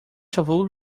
salvou